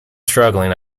struggling